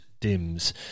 dims